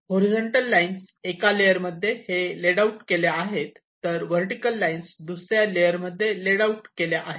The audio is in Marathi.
हॉरीझॉन्टल लाईन्स एका लेअर मध्ये हे लेड आऊट केल्या आहेत तर वर्टीकल लाईन्स दुसऱ्या लेअर मध्ये हे लेड आऊट केल्या आहेत